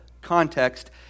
context